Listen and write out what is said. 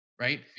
right